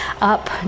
up